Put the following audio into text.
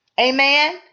Amen